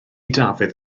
dafydd